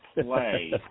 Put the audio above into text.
play